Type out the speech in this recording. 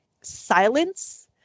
silence